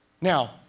Now